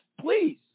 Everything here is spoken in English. Please